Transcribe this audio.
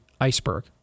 iceberg